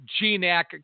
GNAC